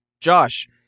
Josh